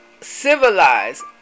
civilized